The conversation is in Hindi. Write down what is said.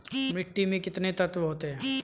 मिट्टी में कितने तत्व होते हैं?